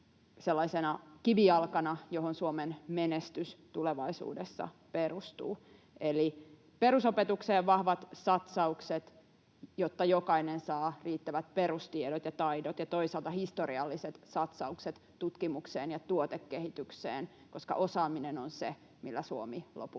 sellaisena kivijalkana, johon Suomen menestys tulevaisuudessa perustuu. Eli perusopetukseen vahvat satsaukset, jotta jokainen saa riittävät perustiedot ja -taidot, ja toisaalta historialliset satsaukset tutkimukseen ja tuotekehitykseen, koska osaaminen on se, millä Suomi lopulta